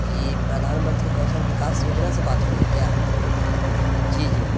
جی پردھان منتری کوشل وکاس یوجنا سے بات ہو رہی ہے کیا جی جی